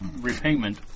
repayment